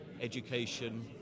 education